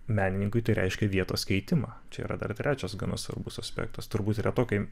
menininkui tai reiškia vietos keitimą čia yra dar trečias gana svarbus aspektas turbūt retokai